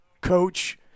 coach